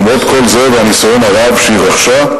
למרות כל זה והניסיון הרב שהיא רכשה,